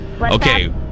okay